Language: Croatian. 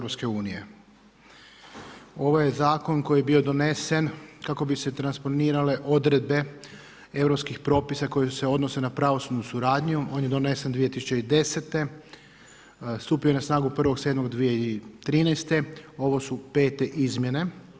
Ovo je zakon koji je bio donesen kako bi se transponirale odredbe europskih propisa koje se odnose na pravosudnu suradnju, on je donesen 2010. stupio je na snagu 1.7.2013. ovo su 5 izmjene.